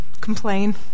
complain